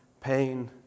pain